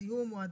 זיהום או הדבקה?